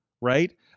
right